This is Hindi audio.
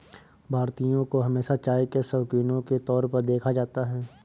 भारतीयों को हमेशा चाय के शौकिनों के तौर पर देखा जाता है